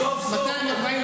סוף-סוף אוכפים את החוק.